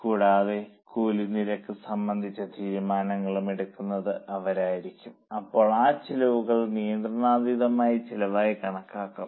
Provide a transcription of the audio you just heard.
കൂടാതെ കൂലി നിരക്ക് സംബന്ധിച്ച തീരുമാനങ്ങളും എടുക്കുന്നത് അവരായിരിക്കും അപ്പോൾ ആ ചെലവുകൾ നിയന്ത്രണാതീതമായ ചിലവായി കണക്കാക്കും